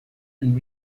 and